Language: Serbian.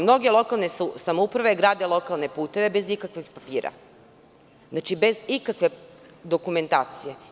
Mnogo lokalne samouprave grade lokalne puteve bez ikakvog papira, bez ikakve dokumentacije.